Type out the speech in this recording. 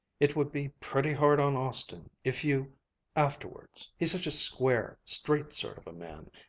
it would be pretty hard on austin if you afterwards he's such a square, straight sort of a man,